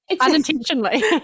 unintentionally